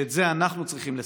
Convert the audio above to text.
שאת זה אנחנו צריכים לספק,